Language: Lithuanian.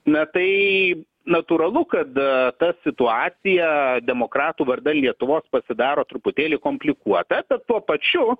na tai natūralu kad ta situacija demokratų vardan lietuvos pasidaro truputėlį komplikuota bet tuo pačiu